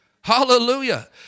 Hallelujah